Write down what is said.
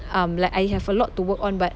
um like I have a lot to work on but